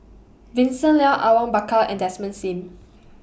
Vincent Leow Awang Bakar and Desmond SIM